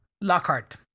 Lockhart